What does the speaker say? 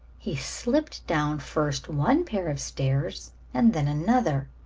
he slipped down first one pair of stairs and then another,